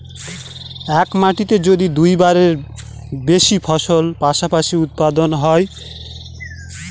এক মাটিতে যদি দুইটার বেশি ফসল পাশাপাশি উৎপাদন হয়